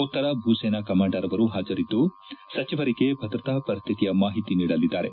ಉತ್ತರ ಭೂಸೇನಾ ಕಮಾಂಡರ್ ಅವರು ಹಾಜರಿದ್ದು ಸಚಿವರಿಗೆ ಭದ್ರತಾ ಪರಿಸ್ಥಿತಿಯ ಮಾಹಿತಿ ನೀಡಲಿದ್ದಾರೆ